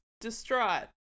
distraught